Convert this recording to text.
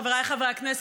חבריי חברי הכנסת,